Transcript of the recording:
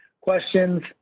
questions